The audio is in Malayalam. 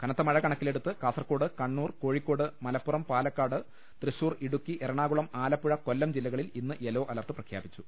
കനത്ത മഴ കണക്കിലെടുത്ത് കാസർകോട് കണ്ണൂർ കോഴിക്കോട് മലപ്പുറം പാലക്കാട് തൃശൂർ ഇടുക്കി എറണാകു ളം ആലപ്പുഴ കൊല്ലം ജില്ലകളിൽ ഇന്ന് യെല്ലോ അലർട്ട് പ്രഖ്യാ പിച്ചു